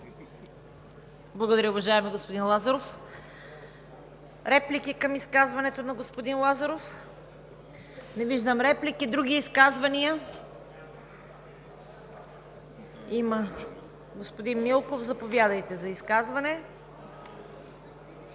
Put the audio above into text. Благодаря, уважаеми господин Лазаров. Реплики към изказването на господин Лазаров? Не виждам. Други изказвания? Господин Милков, заповядайте за изказване.